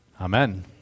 Amen